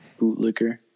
Bootlicker